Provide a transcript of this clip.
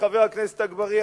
חבר הכנסת אגבאריה,